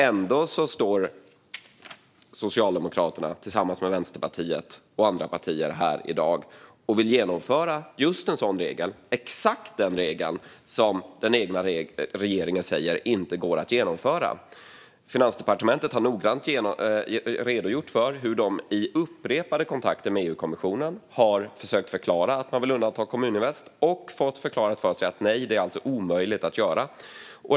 Ändå står Socialdemokraterna tillsammans med Vänsterpartiet och andra partier här i dag och vill genomföra just en sådan regel, exakt den regel som den egna regeringen säger inte går att genomföra. Finansdepartementet har noggrant redogjort för hur de vid upprepade kontakter med EU-kommissionen har försökt förklara att man vill undanta Kommuninvest och fått förklarat för sig att det är omöjligt.